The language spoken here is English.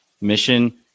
mission